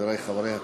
חברי חברי הכנסת,